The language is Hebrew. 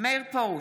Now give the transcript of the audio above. מאיר פרוש,